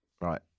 Right